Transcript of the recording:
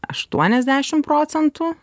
aštuoniasdešim procentų